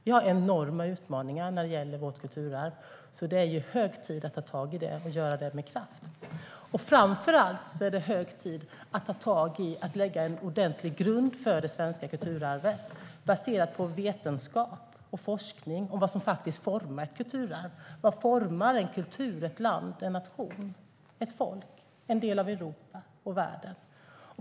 Vi har enorma utmaningar när det gäller vårt kulturarv. Det är hög tid att ta tag i det och göra det med kraft. Framför allt är det hög tid att lägga en ordentligt grund för det svenska kulturarvet baserad på vetenskap och forskning om vad som faktiskt formar ett kulturarv. Vad formar en kultur, ett land, en nation, ett folk, en del av Europa och världen?